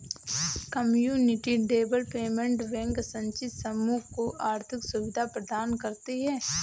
community development bank वंचित समूह को आर्थिक सुविधा प्रदान करती है